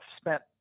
spent